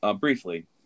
briefly